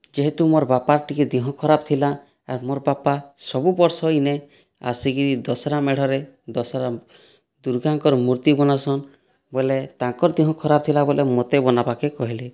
ଯେହେତୁ ମୋର୍ ବାପା ଟିକେ ଦିହ ଖରାପ୍ ଥିଲା ଆର୍ ମୋର୍ ବାପା ସବୁ ବର୍ଷ ଇନେ ଆସିକି ଦଶରା ମେଢ଼ରେ ଦଶରା ଦୁର୍ଗାଙ୍କର୍ ମୂର୍ତ୍ତି ବନାସନ୍ ବଏଲେ ତାଙ୍କର୍ ଦେହ ଖରାପ୍ ଥିଲାବେଳେ ମୋତେ ବନାବାକେ କହେଲେ